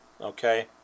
okay